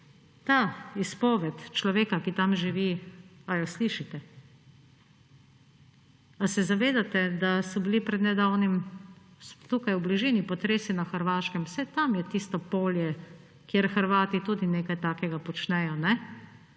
to izpoved človeka, ki tam živi, ali jo slišite? Ali se zavedate, da so bili pred nedavnim tukaj v bližini potresi na Hrvaškem? Saj tam je tisto polje, kjer Hrvati tudi nekaj takega počnejo.